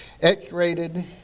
X-rated